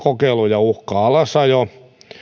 kokeiluja uhkaa alasajo